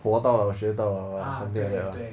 活到老学到老 something like that lah